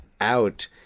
out